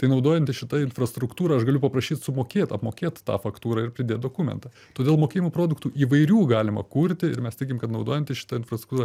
tai naudojantis šita infrastruktūra aš galiu paprašyt sumokėt apmokėt tą faktūrą ir pridėt dokumentą todėl mokėjimo produktų įvairių galima kurti ir mes tikim kad naudojantis šita infrastruktūra